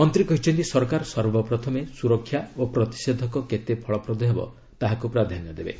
ମନ୍ତ୍ରୀ କହିଛନ୍ତି ସରକାର ସର୍ବପ୍ରଥମେ ସ୍ୱରକ୍ଷା ଓ ପ୍ରତିଷେଧକ କେତେ ଫଳପ୍ରଦ ହେବ ତାହାକୁ ପ୍ରାଧାନ୍ୟ ଦେବେ